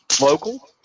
local